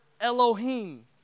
Elohim